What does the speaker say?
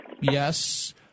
yes